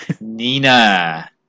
Nina